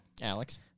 Alex